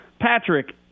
Patrick